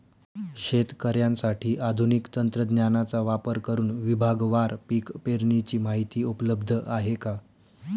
शेतकऱ्यांसाठी आधुनिक तंत्रज्ञानाचा वापर करुन विभागवार पीक पेरणीची माहिती उपलब्ध आहे का?